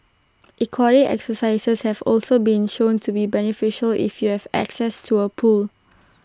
aquatic exercises have also been shown to be beneficial if you have access to A pool